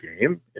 game